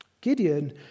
Gideon